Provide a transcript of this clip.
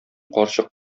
карчык